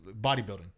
bodybuilding